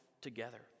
together